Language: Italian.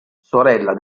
sorella